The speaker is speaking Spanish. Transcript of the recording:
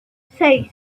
seis